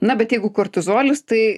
na bet jeigu kortizolis tai